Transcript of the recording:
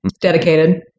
Dedicated